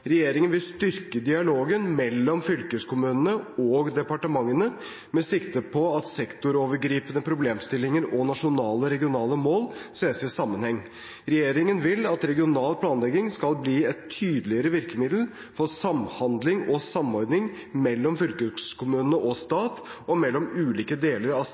Regjeringen vil styrke dialogen mellom fylkeskommunene og departementene med sikte på at sektorovergripende problemstillinger og nasjonale og regionale mål ses i sammenheng. Regjeringen vil at regional planlegging skal bli et tydeligere virkemiddel for samhandling og samordning mellom fylkeskommune og stat og mellom ulike deler av